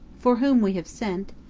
for whom we have sent,